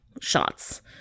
shots